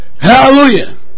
Hallelujah